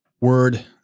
word